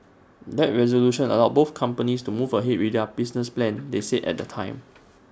that resolution allowed both companies to move ahead with their business plans they said at the time